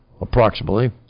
approximately